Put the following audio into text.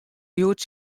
hjoed